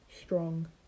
strong